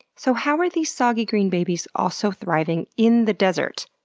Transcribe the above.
so how are these soggy green babies also thriving in the desert?